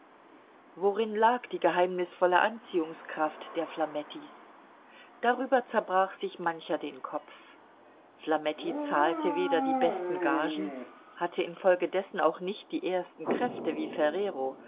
worin lag die geheimnisvolle anziehungskraft der flamettis darüber zerbrach sich mancher den kopf flametti zahlte weder die besten gagen hatte infolgedessen auch nicht die ersten kräfte wie